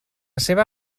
seva